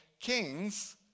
kings